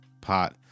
pot